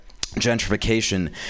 gentrification